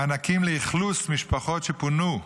מענקים לאכלוס משפחות שפונו,